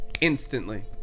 instantly